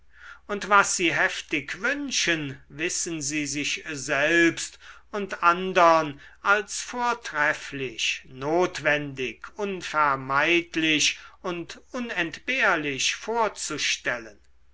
und was sie heftig wünschen wissen sie sich selbst und andern als vortrefflich notwendig unvermeidlich und unentbehrlich vorzustellen